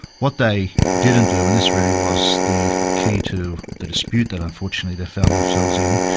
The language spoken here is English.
what they didn't do, and this really was the key to the dispute that unfortunately they found themselves in,